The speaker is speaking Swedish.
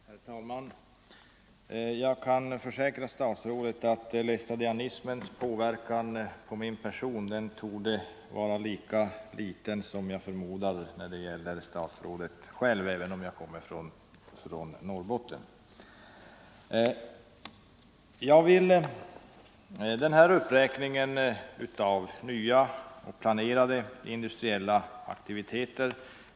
Herr talman! Jag kan försäkra statsrådet att laestadianismens inverkan på min person torde vara lika liten som jag förmodar att den är när det gäller statsrådet själv, även om jag kommer från Norrbotten. Industriministern räknade upp nya och planerade industriella aktiviteter.